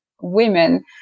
women